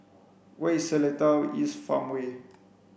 where is Seletar East Farmway